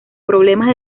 problemas